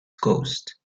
ghost